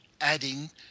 adding